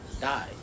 Die